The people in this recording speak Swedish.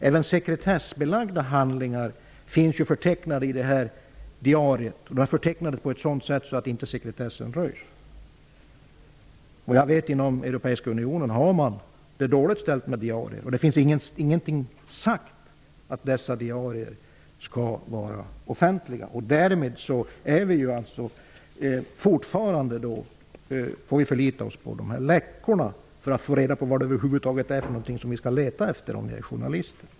Även sekretessbelagda handlingar finns förtecknade i sådana diarier, förtecknade på ett sådant sätt att sekretessen inte röjs. Inom den europeiska unionen är det illa ställt med diarier. Det finns inget sagt att diarierna skall vara offentliga. Fortfarande måste alltså journalister förlita sig till ''läckor'' för att över huvud taget få veta vad de skall leta efter.